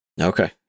Okay